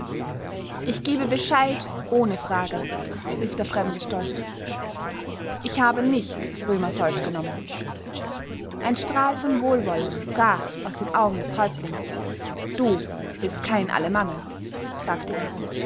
ich gebe bescheid ohne frage rief der fremde stolz ich habe nicht römersold genommen ein strahl von wohlwollen brach aus den augen des häuptlings du bist kein alemanne sagte er